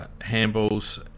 handballs